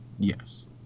Yes